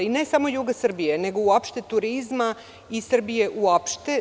Ne, samo juga Srbije, nego uopšte turizma i Srbije uopšte.